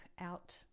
out